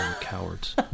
cowards